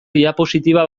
diapositiba